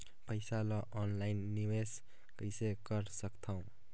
पईसा ल ऑनलाइन निवेश कइसे कर सकथव?